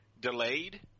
delayed